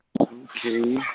Okay